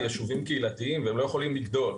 יישובים קהילתיים והם לא יכולים לגדול.